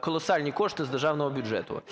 колосальні кошти з державного бюджету.